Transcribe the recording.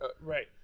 Right